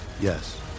Yes